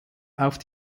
auf